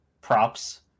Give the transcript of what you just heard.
props